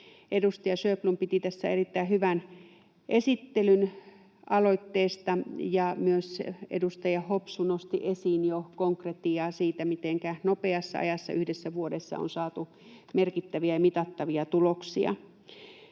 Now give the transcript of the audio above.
Edustaja Sjöblom piti tässä erittäin hyvän esittelyn aloitteesta, ja edustaja Hopsu nosti myös esiin jo konkretiaa siitä, mitenkä nopeassa ajassa, yhdessä vuodessa, on saatu merkittäviä ja mitattavia tuloksia.